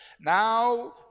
Now